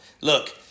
Look